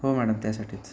हो मॅडम त्यासाठीच